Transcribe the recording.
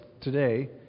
today